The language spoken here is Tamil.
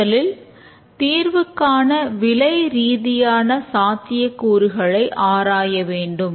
முதலில் தீர்வுக்கான விலை ரீதியிலான சாத்தியக்கூறுகளை ஆராய வேண்டும்